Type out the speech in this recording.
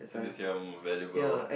so that's your more valuable